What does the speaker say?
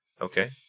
Okay